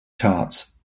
charts